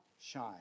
shine